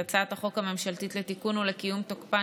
את הצעת החוק הממשלתית לתיקון ולקיום תוקפן